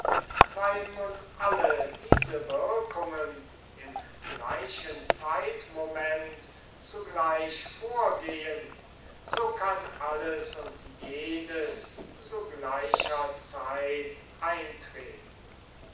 weil nun alle diese wirkungen im gleichen zeitmoment zugleich vorgehen so kann alles und jedes zu gleicher zeit eintreten